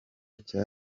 cyo